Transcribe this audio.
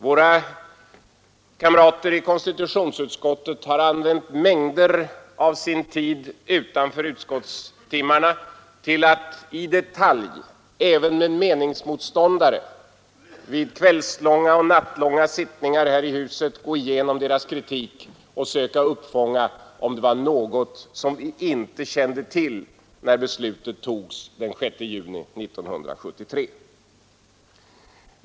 Våra ledamöter i konstitutionsutskottet har använt mycken tid utanför själva utskottsarbetet till att i detalj, vid kvällslånga och nattlånga sittningar här i huset, gå igenom våra meningsmotståndares kritik och söka uppfånga om det var något som vi inte kände till när beslutet togs den 6 juni 1973.